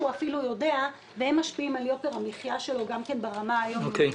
אפילו יודע והם משפיעים על יוקר המחיה שלו גם ברמה היום-יומית.